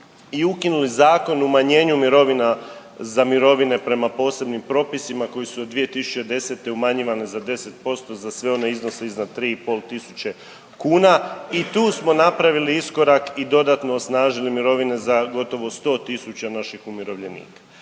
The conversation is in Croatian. i ukinuti Zakon o umanjenju mirovina za mirovine prema posebnim propisima koji su od 2010. umanjivane za 10% za sve one iznose iznad 3.500,00 kuna i tu smo napravili iskorak i dodatno osnažili mirovine za gotovo 100 tisuća naših umirovljenika.